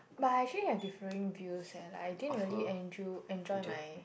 but I actually have differing views eh like I didn't really enjo~ enjoy my